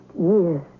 years